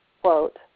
quote